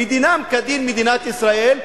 ודינם כדין מדינת ישראל,